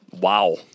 Wow